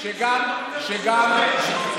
גם לפי ההלכה לא צריך,